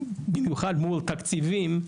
במיוחד מול תקציבים,